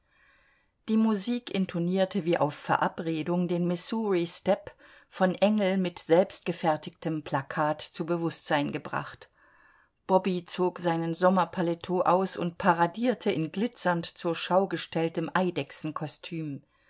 die musik intonierte wie auf verabredung den missouristep von engel mit selbstgefertigtem plakat zu bewußtsein gebracht bobby zog seinen sommerpaletot aus und paradierte in glitzernd zur schau gestelltem